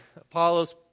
Apollos